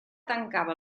tancava